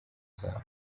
zabo